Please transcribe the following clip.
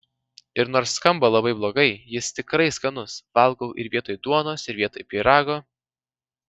ir nors skamba labai blogai jis tikrai skanus valgau ir vietoj duonos ir vietoj pyrago